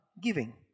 giving